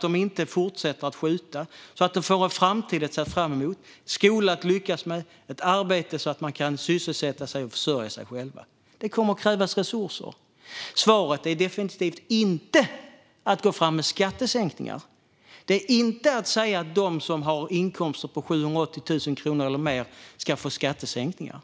dem att sluta skjuta och ge dem en framtid att se fram emot med lyckad skolgång och ett arbete så att de kan sysselsätta sig och försörja sig själva. Detta kommer att kräva resurser, och svaret är definitivt inte att gå fram med skattesänkningar och säga de som har inkomster på 780 000 kronor eller mer ska få skattesänkningar.